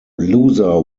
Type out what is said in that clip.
loser